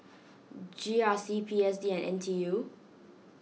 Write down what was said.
G R C P S D and N T U